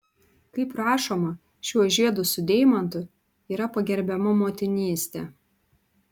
kaip rašoma šiuo žiedu su deimantu yra pagerbiama motinystė